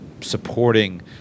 supporting